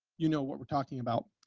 you know what we're talking about.